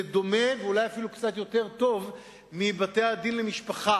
זה דומה לבתי-הדין לענייני משפחה